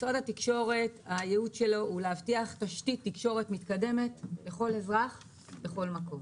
הוא להבטיח תשתית תקשורת מתקדמת לכל אזרח בכל מקום,